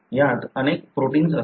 यात अनेक प्रोटिन्स असतात